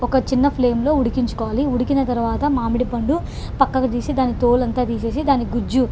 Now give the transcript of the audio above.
ఒక చిన్నఫ్లేమ్లో ఉడికించుకోవాలి ఉడికిన తర్వాత మామిడిపండు పక్కకు తీసి దాని తోలంతా తీసి దాని గుజ్జు